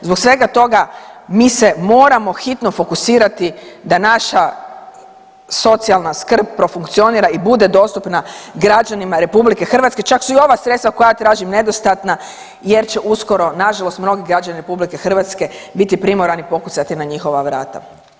Zbog svega toga mi se moramo hitno fokusirati da naša socijalna skrb profunkcionira i bude dostupna građanima RH, čak su i ova sredstva koja tražim nedostatna jer će uskoro nažalost mnogi građani RH biti primorani pokucati na njihova vrata.